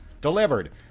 delivered